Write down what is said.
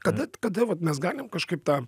kada kada vat mes galim kažkaip tą